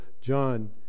John